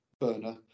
burner